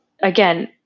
again